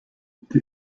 die